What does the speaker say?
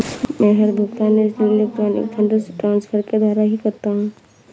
मै हर भुगतान national electronic funds transfer के द्वारा ही करता हूँ